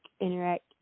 interact